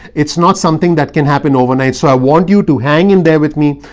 it's not something that can happen overnight. so i want you to hang in there with me.